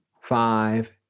five